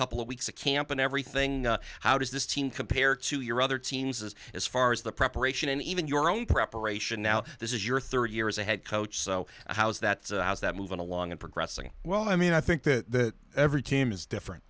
couple of weeks of camp and everything how does this team compare to your other teams is as far as the preparation and even your own preparation now this is your third year as a head coach so how is that is that moving along and progressing well i mean i think that every team is different